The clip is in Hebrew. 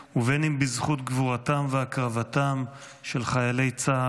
ואם בזכות גבורתם והקרבתם של חיילי צה"ל,